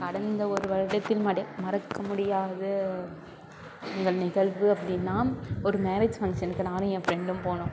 கடந்த ஒரு வருடத்தில் மறக்க முடியாத எங்கள் நிகழ்வு அப்படின்னா ஒரு மேரேஜ் ஃபங்க்ஷனுக்கு நானும் என் ஃப்ரெண்டும் போனோம்